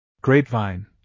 grapevine